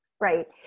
Right